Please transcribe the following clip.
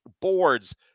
boards